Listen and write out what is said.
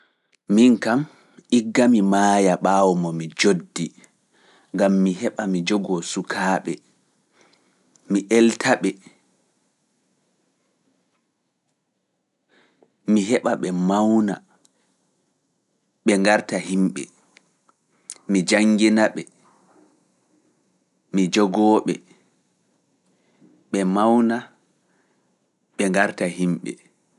Min kam, igga mi maaya ɓaawo mo mi joddi, ngam mi heɓa mi jogoo sukaaɓe, mi elta ɓe, mi heɓa ɓe mawna, ɓe ngarta himɓe, mi janngina ɓe, mi jogoo ɓe, ɓe mawna, ɓe ngarta himɓe.